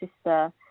sister